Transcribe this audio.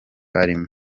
arimo